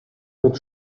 mit